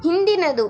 ಹಿಂದಿನದು